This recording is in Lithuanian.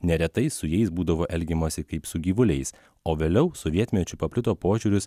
neretai su jais būdavo elgiamasi kaip su gyvuliais o vėliau sovietmečiu paplito požiūris